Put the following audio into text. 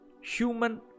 human